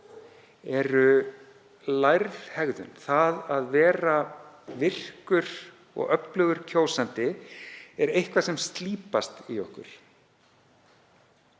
eru lærð hegðun. Það að vera virkur og öflugur kjósandi er eitthvað sem slípast í okkur.